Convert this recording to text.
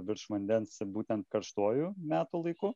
virš vandens būtent karštuoju metų laiku